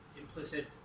implicit